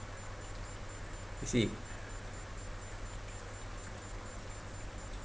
you see